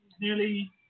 nearly